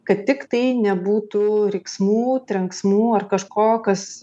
kad tiktai nebūtų riksmų trenksmų ar kažko kas